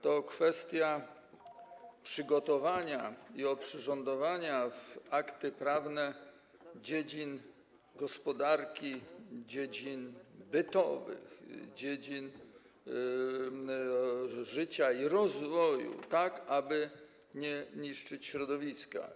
To kwestia przygotowania i oprzyrządowania w akty prawne dziedzin gospodarki, dziedzin bytowych, dziedzin życia i rozwoju tak, aby nie niszczyć środowiska.